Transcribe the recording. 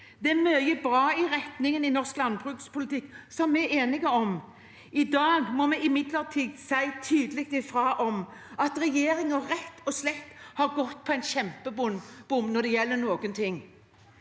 det gjelder retningen i norsk landbrukspolitikk, og som vi er enige om. I dag må vi imidlertid si tydelig ifra om at regjeringen rett og slett har gått på en kjempebom når det gjelder en del ting.